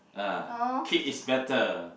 ah kid is better